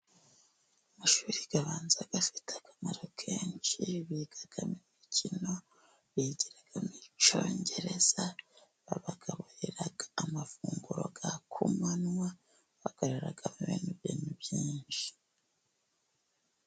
Amashuri abanza afite akamaro kenshi, bigamo imikino bigiramo icyongereza, babagaburira amafunguro ya ku manwa, bakoreramo ibintu byinshi.